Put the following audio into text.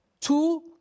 Two